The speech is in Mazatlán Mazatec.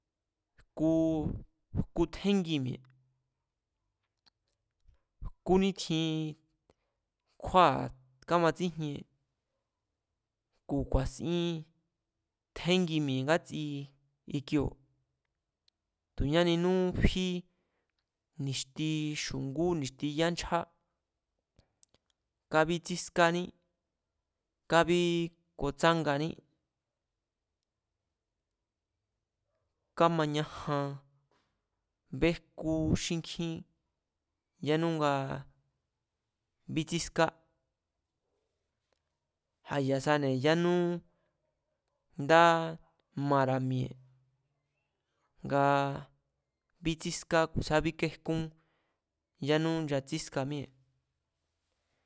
Jku, jku tjéngi mi̱e̱, jkúní tjin kjúáa̱ kámatsíjien ku̱ ku̱a̱sin tjéngi mi̱e̱ ngátsi ikioo̱, tu̱ ñáninú fí ni̱xti xungú ni̱xti yánchjá, kábítsískání kábí kotsánganí kámañajan béjkú xíkjín yánú nga bítsíská a̱ya̱sane̱ yánú ndá mara̱ mi̱e̱, nga bítsíská ku̱ sa bíkéjkún yánú nchatsíska míée̱.